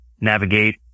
navigate